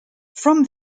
from